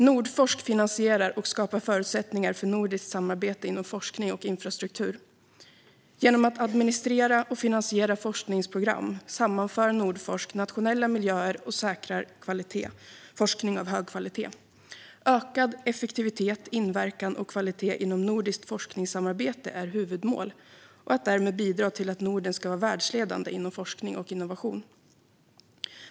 Nordforsk finansierar och skapar förutsättningar för nordiskt samarbete inom forskning och infrastruktur. Genom att administrera och finansiera forskningsprogram sammanför Nordforsk nationella miljöer och säkrar forskning av hög kvalitet. Ökad effektivitet, inverkan och kvalitet inom nordiskt forskningssamarbete är huvudmål och att därmed bidra till att Norden ska vara världsledande inom forskning och innovation.